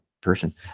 person